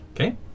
Okay